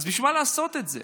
אז בשביל מה לעשות את זה?